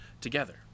together